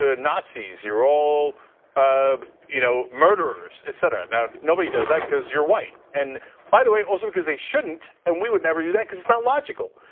ah nazis. you're all um you know murders, etc, now nobody does that cuz you're white. and by the way, also because they shouldn't, and we would never do that cuz it's not logical.